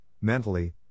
mentally